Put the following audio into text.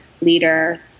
leader